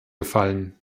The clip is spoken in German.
gefallen